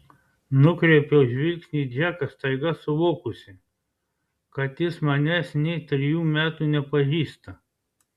nukreipiu žvilgsnį į džeką staiga suvokusi kad jis manęs nė trejų metų nepažįsta